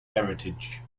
heritage